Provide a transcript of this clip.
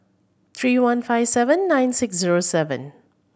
three one five seven nine six zero seven